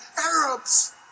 Arabs